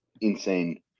insane